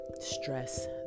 stress